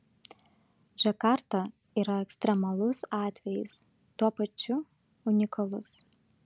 džakarta yra ekstremalus atvejis tuo pačiu unikalus